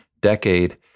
decade